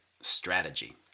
Strategy